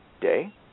day